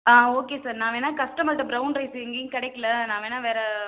ஆ okay sir நான் வேணா கஸ்டமர்கிட்ட ப்ரௌன் ரைஸ் எங்கையும் கிடைக்கல நான் வேணா வேறு